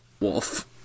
wolf